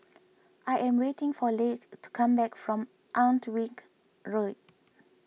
I am waiting for Leigh to come back from Alnwick Road